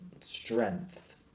strength